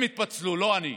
הם התפצלו, לא אני.